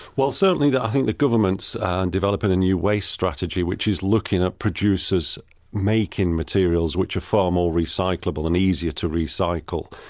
well certainly, i think the government's developing a new waste strategy which is looking at producers making materials which are far more recyclable and easier to recycle.